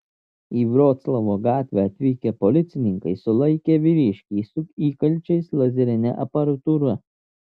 į vroclavo gatvę atvykę policininkai sulaikė vyriškį su įkalčiais lazerine aparatūra